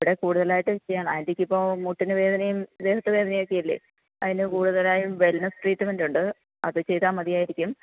ഇവിടെ കൂടുതലായിട്ടും ചെയ്യാൻ ആൻറ്റിക്കിപ്പം മുട്ടിനു വേദനയും ദേഹത്ത് വേദനയൊക്കെയല്ലേ അതിന് കൂടുതലായും വെൽനെസ് ട്രീറ്റ്മൻറ്റുണ്ട് അതു ചെയ്താൽ മതിയായിരിക്കും